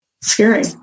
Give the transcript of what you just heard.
Scary